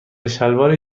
شلواری